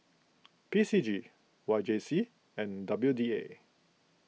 P C G Y J C and W D A